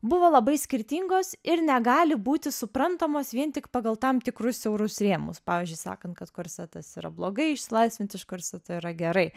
buvo labai skirtingos ir negali būti suprantamos vien tik pagal tam tikrus siaurus rėmus pavyzdžiui sakant kad korsetas yra blogai išsilaisvint iš korseto yra gerai